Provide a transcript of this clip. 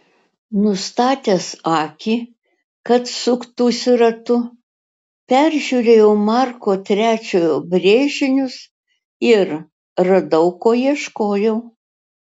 nustatęs akį kad suktųsi ratu peržiūrėjau marko iii brėžinius ir radau ko ieškojau